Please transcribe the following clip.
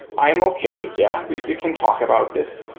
i am okay. yeah, we we can talk about this.